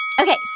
Okay